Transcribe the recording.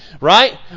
right